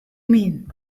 mean